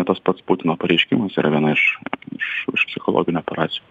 tas pats putino pareiškimas yra viena iš iš iš psichologinių operacijų